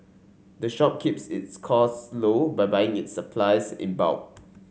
the shop keeps its costs low by buying its supplies in bulk